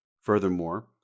Furthermore